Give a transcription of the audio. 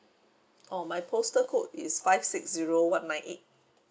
orh my postal code is five six zero one nine eight